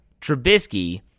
Trubisky